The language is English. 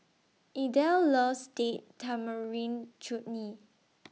Idell loves Date Tamarind Chutney